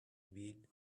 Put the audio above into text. mean